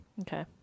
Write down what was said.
Okay